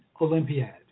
Olympiad